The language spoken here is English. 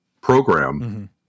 program